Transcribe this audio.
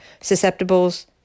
susceptibles